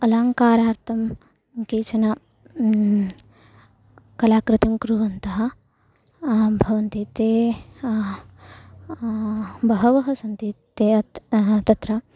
अलाङ्कारार्थं केचन कलाकृतिं कुर्वन्तः भवन्ति ते बहवः सन्ति ते अत् तत्र